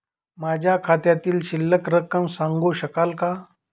माझ्या खात्यातील शिल्लक रक्कम सांगू शकता का?